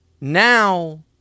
Now